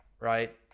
Right